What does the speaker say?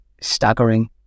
staggering